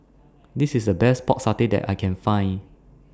This IS The Best Pork Satay that I Can Find